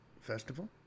Festival